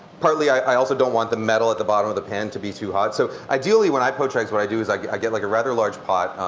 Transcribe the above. partly i also don't want the metal at the bottom of the pan to be too hot. so ideally when i poach eggs what i do is i get i get like a rather large pot.